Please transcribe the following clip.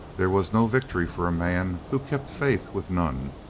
there was no victory for a man who kept faith with none,